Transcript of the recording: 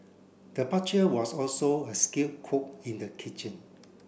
the butcher was also a skilled cook in the kitchen